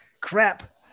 Crap